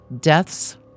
deaths